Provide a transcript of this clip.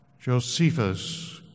Josephus